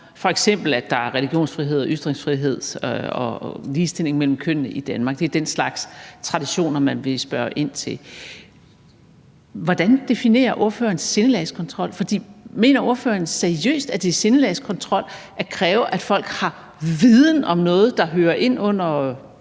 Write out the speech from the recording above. om, at der f.eks. er religionsfrihed, ytringsfrihed og ligestilling mellem kønnene i Danmark. Det er den slags traditioner, man vil spørge ind til. Hvordan definerer ordføreren sindelagskontrol? For mener ordføreren seriøst, at det er sindelagskontrol at kræve, at folk har viden om noget, der er almindeligt